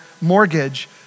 mortgage